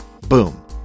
Boom